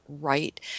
right